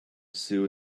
sue